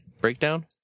Breakdown